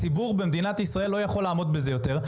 הציבור במדינת ישראל לא יכול לעמוד בזה יותר,